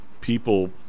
people